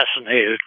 fascinated